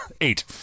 Eight